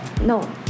No